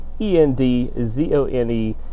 E-N-D-Z-O-N-E